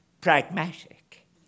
pragmatic